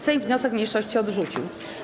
Sejm wniosek mniejszości odrzucił.